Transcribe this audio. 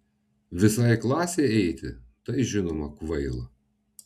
visai klasei eiti tai žinoma kvaila